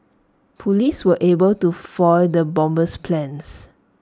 Police were able to foil the bomber's plans